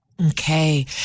Okay